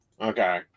Okay